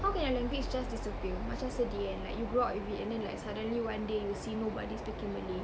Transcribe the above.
how can a language just disappear macam sedih kan like you grew up with it and then like suddenly one day you see nobody speaking malay